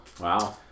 Wow